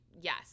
yes